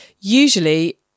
Usually